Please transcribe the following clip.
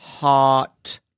Heart